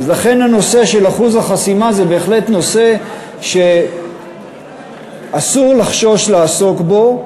לכן הנושא של אחוז החסימה הוא בהחלט נושא שאסור לחשוש לעסוק בו,